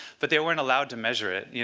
but they weren't allow to measure it. yeah